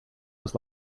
was